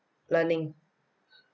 learning